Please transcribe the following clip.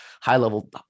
high-level